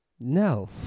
No